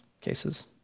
cases